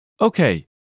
Okay